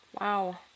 Wow